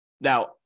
Now